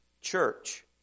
church